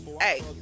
hey